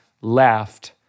laughed